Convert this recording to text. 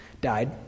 died